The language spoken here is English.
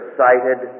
cited